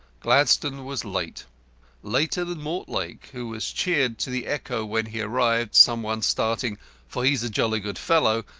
gladstone was late later than mortlake, who was cheered to the echo when he arrived, some one starting for he's a jolly good fellow,